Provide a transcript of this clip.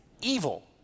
evil